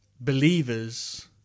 believers